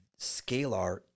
scalar